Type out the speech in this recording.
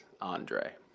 Andre